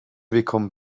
become